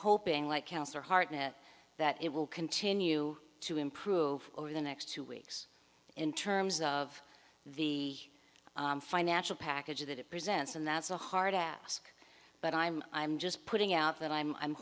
hoping like councillor hartnett that it will continue to improve over the next two weeks in terms of the financial package that it presents and that's a hard task but i'm i'm just putting out that i'm i'm